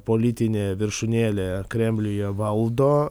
politinė viršūnėlė kremliuje valdo